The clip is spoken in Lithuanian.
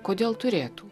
kodėl turėtų